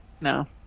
No